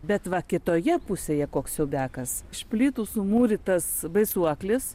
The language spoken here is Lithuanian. bet va kitoje pusėje koks siaubiakas iš plytų sumūrytas baisuoklis